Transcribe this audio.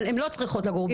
אבל, הן לא צריכות לגור ביחד.